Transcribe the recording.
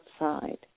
outside